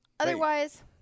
Otherwise